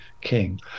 king